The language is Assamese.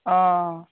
অ